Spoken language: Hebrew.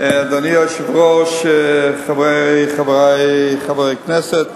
אדוני היושב-ראש, חברי חברי הכנסת,